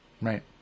right